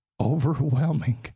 overwhelming